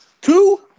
Two